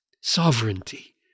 sovereignty